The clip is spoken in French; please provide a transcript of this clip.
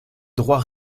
droits